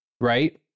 Right